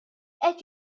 qed